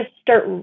start